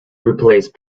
replace